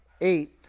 eight